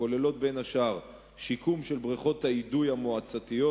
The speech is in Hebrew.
הכוללות בין השאר שיקום של בריכות האידוי המועצתיות,